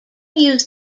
used